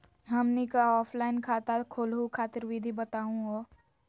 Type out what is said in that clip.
हमनी क ऑफलाइन खाता खोलहु खातिर विधि बताहु हो?